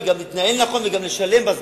גם להתנהל נכון וגם לשלם בזמן.